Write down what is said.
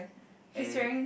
and